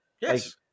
Yes